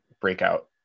breakout